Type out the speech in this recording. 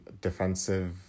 defensive